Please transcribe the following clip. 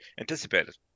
anticipated